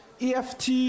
EFT